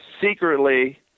secretly